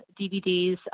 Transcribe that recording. DVDs